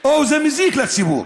או מזיק לציבור,